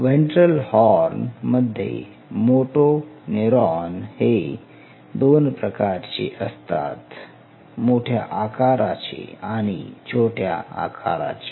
ventral horn मध्ये motoneuron हे दोन प्रकारचे असतात मोठ्या आकाराचे आणि छोट्या आकाराचे